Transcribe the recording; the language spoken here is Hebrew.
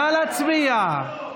נא להצביע.